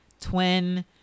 twin